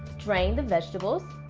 drain the vegetables,